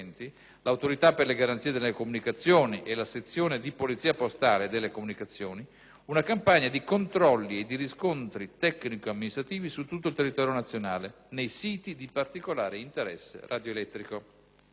l'Autorità per le garanzie nelle comunicazioni e la Sezione di polizia postale e delle comunicazioni, una campagna di controlli e di riscontri tecnico-amministrativi su tutto il territorio nazionale nei siti di particolare interesse radioelettrico.